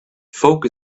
folk